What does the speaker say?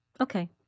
okay